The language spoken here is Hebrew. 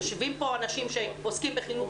יושבים פה אנשים שעוסקים בחינוך.